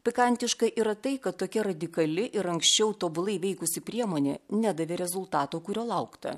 pikantiška yra tai kad tokia radikali ir anksčiau tobulai veikusi priemonė nedavė rezultato kurio laukta